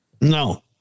No